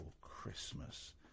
Christmas